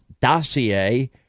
dossier